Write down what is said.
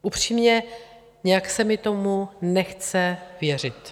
Upřímně, nějak se mi tomu nechce věřit.